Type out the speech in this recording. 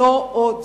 לא עוד.